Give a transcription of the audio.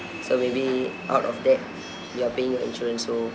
so maybe out of that you're paying insurance so